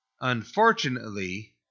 unfortunately